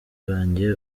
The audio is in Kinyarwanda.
banjye